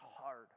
hard